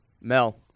Mel